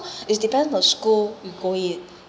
is depend the school you go in